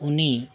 ᱩᱱᱤ